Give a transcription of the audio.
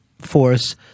force